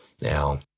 Now